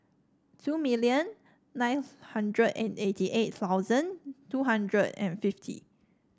two million ninth hundred and eighty eight thousand two hundred and fifty